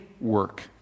work